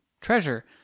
treasure